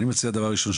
דבר ראשון,